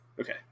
Okay